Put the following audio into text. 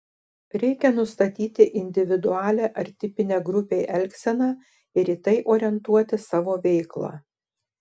reikia nustatyti individualią ar tipinę grupei elgseną ir į tai orientuoti savo veiklą